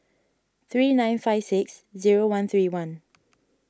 three nine five six zero one three one